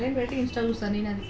align పెట్టి Insta చూస్తాను నేనది